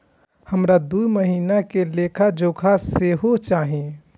हमरा दूय महीना के लेखा जोखा सेहो चाही